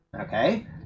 okay